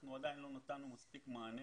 אנחנו עדיין לא נתנו מספיק מענה